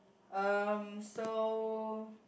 um so